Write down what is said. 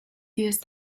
used